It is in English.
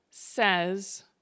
says